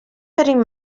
cutting